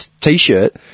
t-shirt